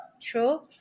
true